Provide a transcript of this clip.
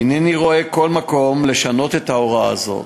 אינני רואה כל מקום לשנות את ההוראה הזאת.